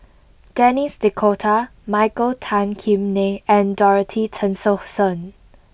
Denis D'Cotta Michael Tan Kim Nei and Dorothy Tessensohn